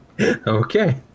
Okay